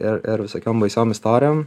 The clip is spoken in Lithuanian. ir ir visokiom baisiom istorijom